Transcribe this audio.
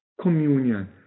communion